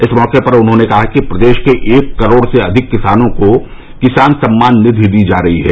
इस मौके पर उन्होंने कहा कि प्रदेश के एक करोड़ से अधिक किसानों को किसान सम्मान निधि दी जा रही है